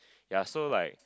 ya so like